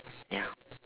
ya